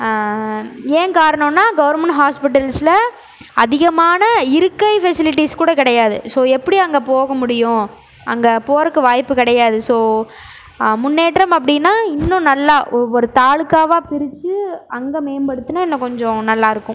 ஏன் காரணன்னால் கவர்மெண்ட் ஹாஸ்பிட்டல்ஸ்சில் அதிகமான இருக்கை ஃபெசிலிட்டீஸ் கூட கிடையாது ஸோ எப்படி அங்கே போக முடியும் அங்கே போகிறக்கு வாய்ப்பு கிடையாது ஸோ முன்னேற்றம் அப்படின்னால் இன்னும் நல்லா ஒவ்வொரு தாலூக்காவாக பிரித்து அங்கே மேம்படுத்தினா இன்னும் கொஞ்சம் நல்லா இருக்கும்